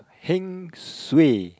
heng suay